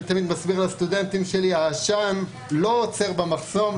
אני תמיד מסביר לסטודנטים שלי שהעשן לא עוצר במחסום,